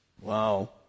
wow